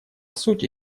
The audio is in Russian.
сути